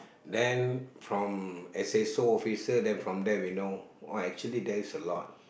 then from S A S O officer then we know oh actually there is a lot